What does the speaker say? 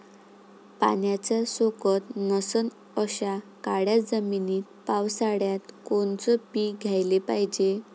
पाण्याचा सोकत नसन अशा काळ्या जमिनीत पावसाळ्यात कोनचं पीक घ्याले पायजे?